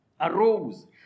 arose